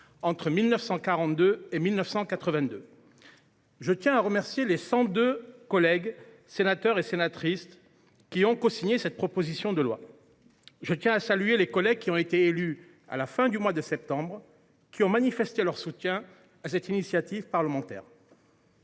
entre 1942 et 1982. Je remercie mes 102 collègues sénatrices et sénateurs qui ont cosigné cette proposition de loi, ainsi que les collègues élus à la fin du mois de septembre dernier qui ont manifesté leur soutien à cette initiative parlementaire.